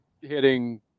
hitting